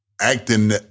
acting